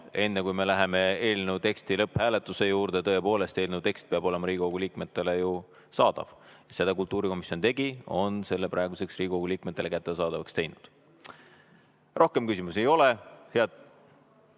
enne, kui me läheme eelnõu teksti lõpphääletuse juurde, peab eelnõu tekst olema Riigikogu liikmetele kättesaadav. Seda kultuurikomisjon tegi, on selle praeguseks Riigikogu liikmetele kättesaadavaks teinud. Rohkem küsimusi ei ole.